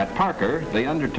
at parker they under